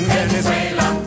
Venezuela